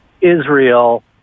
Israel